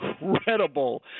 incredible